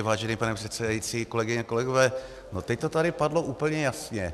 Vážený pane předsedající, kolegyně, kolegové, teď to tady padlo úplně jasně.